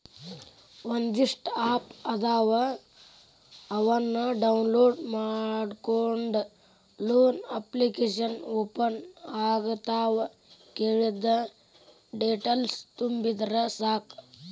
ಒಂದಿಷ್ಟ ಆಪ್ ಅದಾವ ಅವನ್ನ ಡೌನ್ಲೋಡ್ ಮಾಡ್ಕೊಂಡ ಲೋನ ಅಪ್ಲಿಕೇಶನ್ ಓಪನ್ ಆಗತಾವ ಕೇಳಿದ್ದ ಡೇಟೇಲ್ಸ್ ತುಂಬಿದರ ಸಾಕ